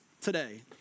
today